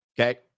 Okay